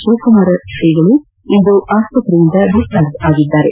ಶಿವಕುಮಾರ ಶ್ರೀಗಳು ಇಂದು ಆಸ್ತತೆಯಿಂದ ಡಿಸ್ಟಾರ್ಜ್ ಆಗಿದ್ದಾರೆ